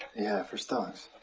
yeah, for stocks.